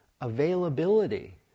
availability